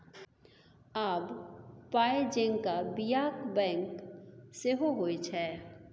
आब पाय जेंका बियाक बैंक सेहो होए छै